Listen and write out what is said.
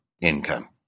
income